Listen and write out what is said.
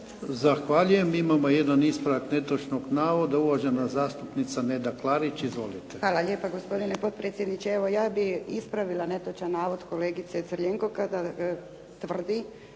Zahvaljujem. Imamo jedan ispravak netočnog navoda. Uvažena zastupnica Neda Klarić. Izvolite. **Klarić, Nedjeljka (HDZ)** Hvala lijepa, gospodine potpredsjedniče. Evo ja bih ispravila netočan navod kolegice Crljenko kada tvrdi